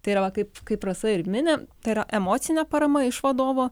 tai yra va kaip kaip rasa ir mini tai yra emocinė parama iš vadovo